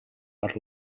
per